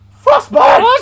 Frostbite